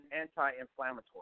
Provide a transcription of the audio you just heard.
anti-inflammatory